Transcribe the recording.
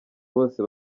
bose